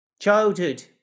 Childhood